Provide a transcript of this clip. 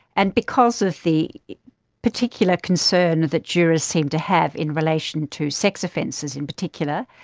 and because of the particular concern the jurors seem to have in relation to sex offences in particular,